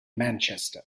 manchester